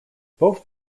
both